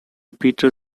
peter